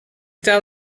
dal